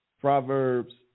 Proverbs